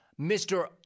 Mr